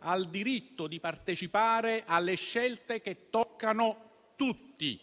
al diritto di partecipare alle scelte che toccano tutti.